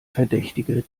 verdächtige